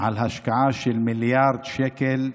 על השקעה של מיליארד שקל,